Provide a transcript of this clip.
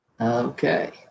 Okay